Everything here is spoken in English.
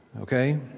okay